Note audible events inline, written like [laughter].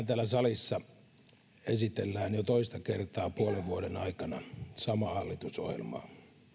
[unintelligible] täällä salissa esitellään jo toista kertaa puolen vuoden aikana samaa hallitusohjelmaa